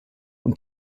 und